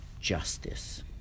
justice